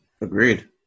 Agreed